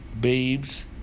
babes